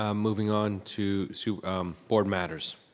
um moving on to so um board matters.